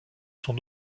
son